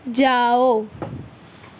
جاؤ